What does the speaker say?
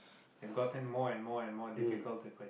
I've gotten more and more and more difficult to purchase